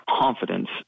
confidence